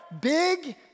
big